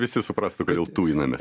visi suprastų kodėl tujinamės